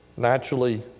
naturally